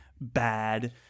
bad